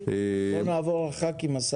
בוא נעבור לשאלות הח"כים.